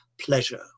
pleasure